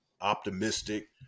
optimistic